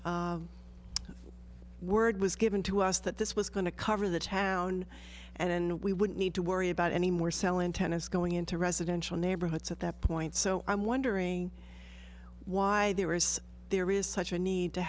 in word was given to us that this was going to cover the town and we would need to worry about anymore selling tennis going into residential neighborhoods at that point so i'm wondering why there is there is such a need to